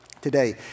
today